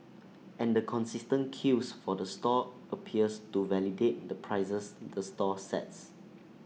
and the consistent queues for the stall appears to validate the prices the stall sets